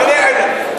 אני רוצה שגם הוא יהיה,